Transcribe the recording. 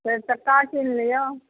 चारि चक्का कीन लिअ